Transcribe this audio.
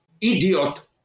idiot